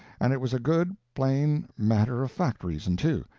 and it was a good, plain, matter-of-fact reason, too,